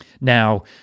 Now